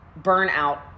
Burnout